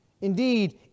Indeed